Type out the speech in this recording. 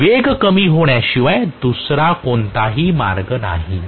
तर वेग कमी होण्याशिवाय दुसरा कोणताही मार्ग नाही